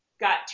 got